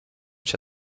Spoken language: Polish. cię